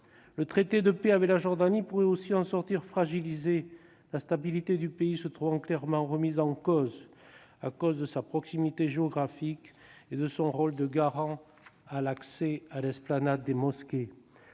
Le traité de paix avec la Jordanie pourrait aussi en sortir fragilisé, la stabilité du pays se trouvant clairement remise en cause en raison de sa proximité géographique et de son rôle de garant de l'accès à l'esplanade des mosquées.